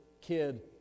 kid